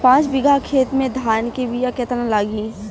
पाँच बिगहा खेत में धान के बिया केतना लागी?